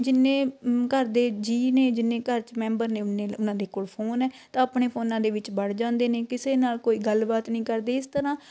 ਜਿੰਨੇ ਘਰ ਦੇ ਜੀਅ ਨੇ ਜਿੰਨੇ ਘਰ 'ਚ ਮੈਂਬਰ ਨੇ ਓਨੇ ਉਹਨਾਂ ਦੇ ਕੋਲ ਫੋਨ ਹੈ ਤਾਂ ਆਪਣੇ ਫੋਨਾਂ ਦੇ ਵਿੱਚ ਵੜ ਜਾਂਦੇ ਨੇ ਕਿਸੇ ਨਾਲ ਕੋਈ ਗੱਲਬਾਤ ਨਹੀਂ ਕਰਦੇ ਇਸ ਤਰ੍ਹਾਂ